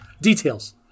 Details